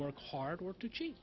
work hard work to cheat